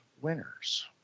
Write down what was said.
winners